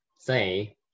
say